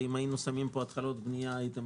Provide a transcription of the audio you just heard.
ואם היינו שמים פה התחלות בנייה הייתם